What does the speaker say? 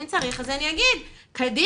אם צריך, אני אגיד: קדימה,